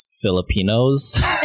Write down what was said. filipinos